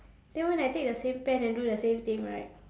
then when I take the same pen and do the same thing right